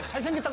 i think